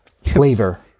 Flavor